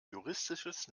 juristisches